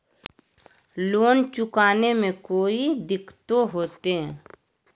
Loan चुकाने में कोई दिक्कतों होते?